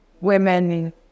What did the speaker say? women